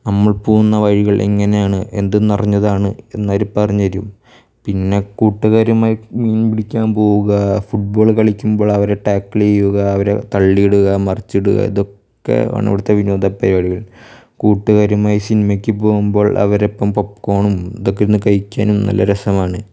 നമ്മൾ പോകുന്ന വഴികൾ എങ്ങനെയാണ് എന്ത് നിറഞ്ഞതാണ് എന്നവര് പറഞ്ഞ് തരും പിന്നെ കൂട്ടുകാരുമായിട്ട് മീൻ പിടിക്കാൻ പോവുക ഫുട്ബോൾ കളിക്കുമ്പോൾ അവരെ ടാക്കിൽ ചെയ്യുക അവരെ തള്ളിയിടുക മറിച്ചിടുക ഇതൊക്കെയാണ് ഇവിടുത്തെ വിനോദ പരിപാടികൾ കൂട്ടുകാരുമായി സിനിമയ്ക്ക് പോകുമ്പോൾ അവരൊപ്പം പോപ്കോണും ഇതൊക്കെ ഇരുന്ന് കഴിക്കാനും നല്ല രസമാണ്